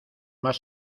más